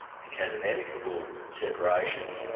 it became an amicable separation.